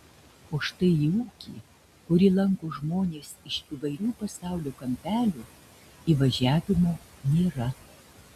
o štai į ūkį kurį lanko žmonės iš įvairių pasaulio kampelių įvažiavimo nėra